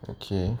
okay